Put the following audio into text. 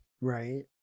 right